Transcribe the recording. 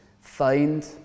Find